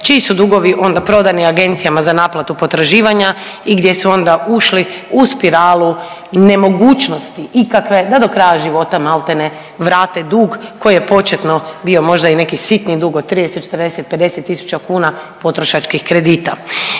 čiji su dugovi onda prodani agencijama za naplatu potraživanja i gdje su onda ušli u spiralu nemogućnosti ikakve da do kraja života maltene vrate dug koji je početno bio možda i neki sitni dug od 30, 40, 50 tisuća kuna potrošačkih kredita.